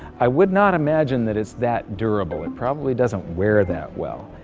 i would not imagine that is that durable, and probably doesn't wear that well.